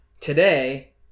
today